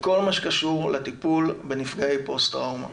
בכל מה שקשור לטיפול בנפגעי פוסט טראומה.